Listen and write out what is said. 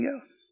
else